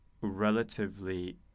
relatively